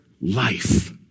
life